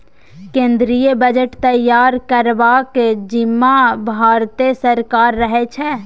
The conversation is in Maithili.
केंद्रीय बजट तैयार करबाक जिम्माँ भारते सरकारक रहै छै